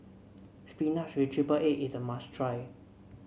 spinach with triple egg is a must try